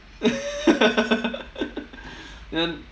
then